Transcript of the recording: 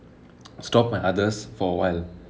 stop my others for awhile